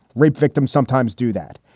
rape victims sometimes do that.